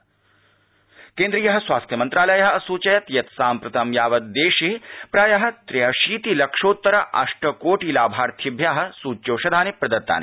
corona स्थिति केन्द्रीयः स्वास्थ्यमन्त्रालय असूचयत् यत् साम्प्रतं यावत् देशे प्राय त्यशीति लक्षोत्तर अष्टकोटि लाभार्थिभ्य सूच्यौषधानि प्रदत्तानि